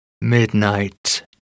midnight